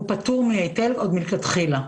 הוא פטור מהיטל עוד מלכתחילה.